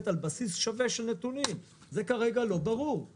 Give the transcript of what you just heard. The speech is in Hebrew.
שזאת לא מדינה יהודית אז היא גם לא צריכה להיות דמוקרטית.